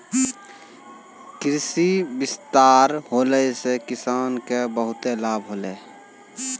कृषि विस्तार होला से किसान के बहुते लाभ होलै